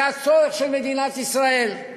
זה הצורך של מדינת ישראל,